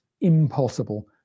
impossible